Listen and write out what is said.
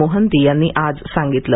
मोहंती यांनी आज सांगितलं